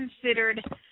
considered